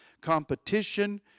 competition